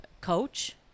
coach